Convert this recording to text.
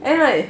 then right